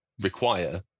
require